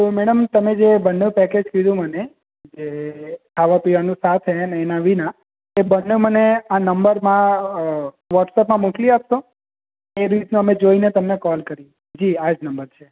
તો મેડમ તમે જે બનનો પેકેટ કીધો મને જે ખાવાનું પીવાનું સાથે એના વિના એ બંને મને આ નંબરમાં વૉટ્સઅપમાં મોકલી આપસો એ રીતનો જોઈને અમે તમને કોલ કરીએ જી આજ નંબર છે